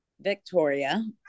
Victoria